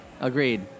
agreed